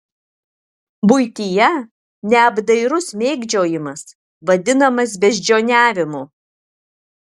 buityje neapdairus mėgdžiojimas vadinamas beždžioniavimu